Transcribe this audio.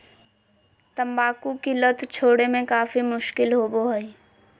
तंबाकू की लत छोड़े में काफी मुश्किल होबो हइ